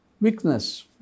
weakness